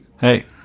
Hey